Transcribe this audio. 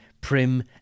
prim